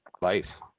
life